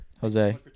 Jose